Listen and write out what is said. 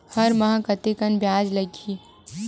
हर माह कतेकन ब्याज लगही?